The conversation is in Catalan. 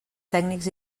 tècnics